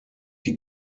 die